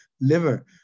liver